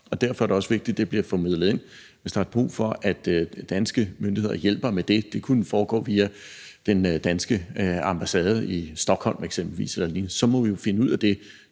og derfor er det også vigtigt, at det bliver formidlet ind, hvis der er brug for, at danske myndigheder hjælper med det. Det kunne eksempelvis foregå via den danske ambassade i Stockholm, og så må vi jo finde ud af det.